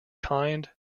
kind